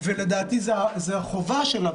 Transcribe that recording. ולדעתי זאת החובה שלה.